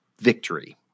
victory